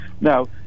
now